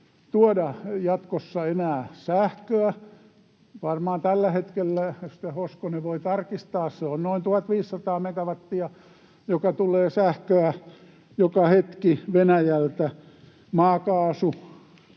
tuoda jatkossa enää sähköä. Varmaan tällä hetkellä, edustaja Hoskonen voi tarkistaa, se on noin 1 500 megawattia, joka tulee sähköä joka hetki Venäjältä. Maakaasu